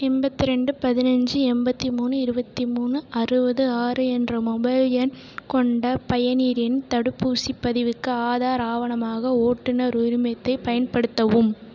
எண்பத்து ரெண்டு பதினஞ்சு எண்பத்தி மூணு இருபத்தி மூணு அறுபது ஆறு என்ற மொபைல் எண் கொண்ட பயனிரின் தடுப்பூசிப்பதிவுக்கு ஆதார் ஆவணமாக ஓட்டுனர் உரிமத்தை பயன்படுத்தவும்